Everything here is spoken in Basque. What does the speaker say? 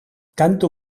kantu